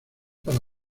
para